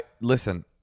Listen